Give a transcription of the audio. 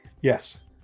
Yes